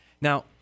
Now